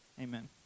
Amen